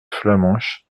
flamenche